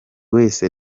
wese